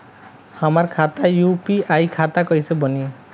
हमार खाता यू.पी.आई खाता कइसे बनी?